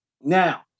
Now